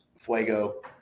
Fuego